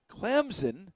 Clemson